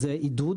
זה עידוד